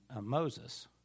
Moses